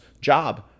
job